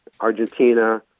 Argentina